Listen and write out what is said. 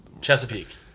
chesapeake